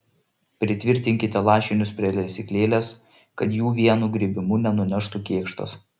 pritvirtinkite lašinius prie lesyklėlės kad jų vienu griebimu nenuneštų kėkštas